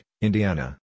Indiana